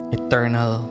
eternal